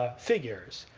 figures.